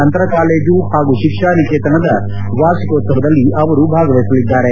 ಅಂತರ ಕಾಲೇಜು ಹಾಗೂ ಶಿಕ್ಷಾ ನಿಕೇತನದ ವಾರ್ಷಿಕೋತ್ತವದಲ್ಲಿ ಅವರು ಭಾಗವಹಿಸಲಿದ್ದಾರೆ